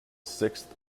sixth